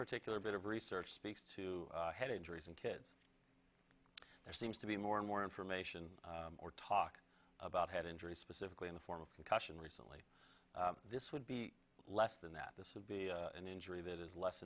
particular bit of research speaks to head injuries and kids there seems to be more and more information or talk about head injuries specifically in the form of concussion recently this would be less than that this would be an injury that is less